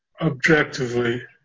objectively